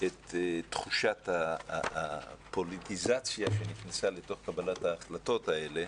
את תחושת הפוליטיזציה שנכנסה לתוך קבלת ההחלטות האלה.